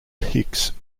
hicks